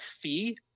fee